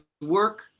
work